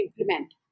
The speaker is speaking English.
implement